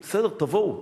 בסדר, תבואו.